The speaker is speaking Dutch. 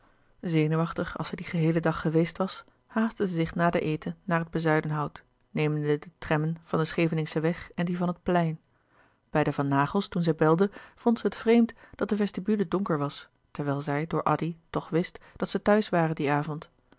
zenuwachtig als zij dien geheelen dag geweest was haastte zij zich na den eten naar het bezuidenhout nemende de trammen van den scheveningschen weg en die van het plein bij de van naghels toen zij belde vond zij het vreemd dat de vestibule donker was terwijl zij door addy toch wist dat zij thuis waren dien avond